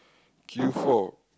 queue for